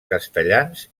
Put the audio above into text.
castellans